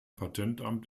patentamt